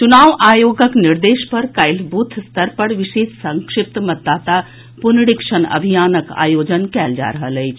चुनाव आयोगक निर्देश पर काल्हि बूथस्तर पर विशेष संक्षिप्त मतदाता पुनरीक्षण अभियानक आयोजन कयल जा रहल अछि